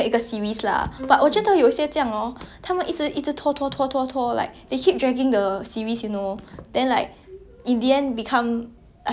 hen like in the end become I feel like they're milking it already do you have that kind of show like that you feel happen like that before